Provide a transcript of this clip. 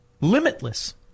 limitless